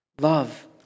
Love